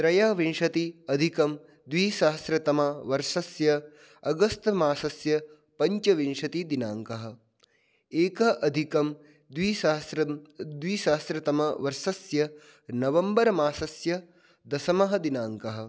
त्रयोविंशति अधिकं द्विसहस्रतमवर्षस्य अगस्त् मासस्य पञ्चविंशतिः दिनाङ्कः एकः अधिकं द्विसहस्रं द्विसहस्रतमवर्षस्य नवम्बर् मासस्य दशमः दिनाङ्कः